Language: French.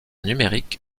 numérique